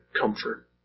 comfort